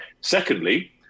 Secondly